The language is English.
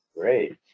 Great